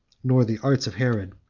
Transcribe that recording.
nor the arts of herod,